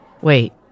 Wait